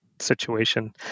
situation